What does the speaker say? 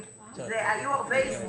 היו הרבה אי סדרים.